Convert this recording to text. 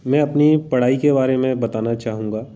मैं अपनी पढ़ाई के बारे में बताना चाहूँगा